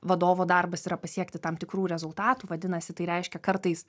vadovo darbas yra pasiekti tam tikrų rezultatų vadinasi tai reiškia kartais